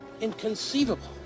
Inconceivable